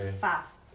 fast